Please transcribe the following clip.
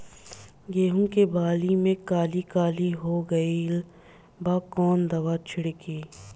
गेहूं के बाली में काली काली हो गइल बा कवन दावा छिड़कि?